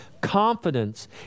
confidence